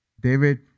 David